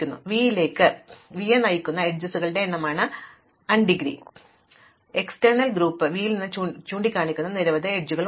അതിനാൽ v ലേക്ക് v ലേക്ക് നയിക്കുന്ന അരികുകളുടെ എണ്ണമാണ് അൺഗ്രീ v യുടെ ബാഹ്യഗ്രൂപ്പ് v ൽ നിന്ന് ചൂണ്ടിക്കാണിക്കുന്ന നിരവധി അരികുകളാണ്